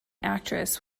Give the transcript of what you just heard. actress